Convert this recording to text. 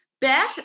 beth